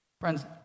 Friends